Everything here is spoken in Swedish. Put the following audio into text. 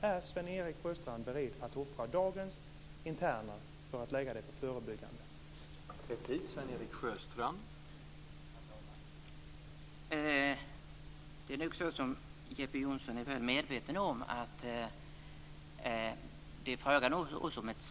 Är Sven-Erik Sjöstrand beredd att offra dagens interner för att lägga insatserna på förebyggande insatser?